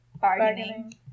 Bargaining